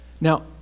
Now